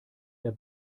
der